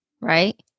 right